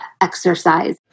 exercise